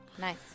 nice